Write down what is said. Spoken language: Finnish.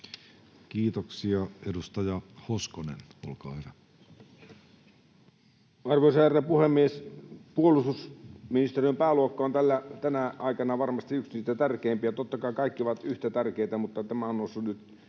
Kiitoksia. — Edustaja Hoskonen, olkaa hyvä. Arvoisa herra puhemies! Puolustusministeriön pääluokka on tänä aikana varmasti yksi niitä tärkeimpiä. Totta kai kaikki ovat yhtä tärkeitä, mutta tämä on noussut nyt